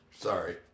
Sorry